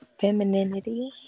femininity